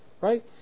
right